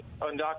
undocumented